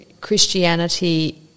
Christianity